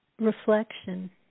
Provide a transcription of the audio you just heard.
reflection